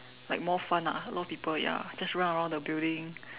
like more fun ah I heard a lot of people ya just run around the building